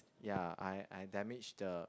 ya I I damage the